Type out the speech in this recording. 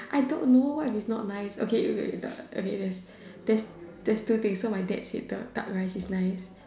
I don't know what if it is not nice okay wait the okay there's there's there's two things so my dad said the duck rice is nice